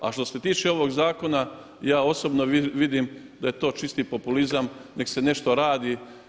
A što se tiče ovog zakona ja osobno vidim da je to čisti populizam, nek se nešto radi.